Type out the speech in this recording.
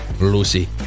Lucy